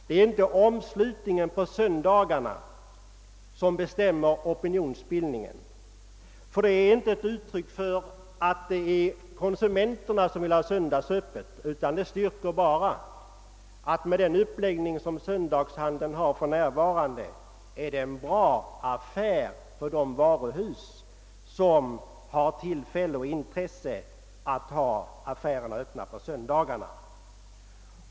Det är inte omslutningen på söndagarna som bestämmer opinionsbildningen; den är nämligen inte ett uttryck för att det är konsumenterna som vill ha söndagsöppet utan styrker bara att det med den uppläggning söndagshandeln har för närvarande är en bra affär för de varuhus som har tillfälle och intresse att hålla öppet på söndagarna.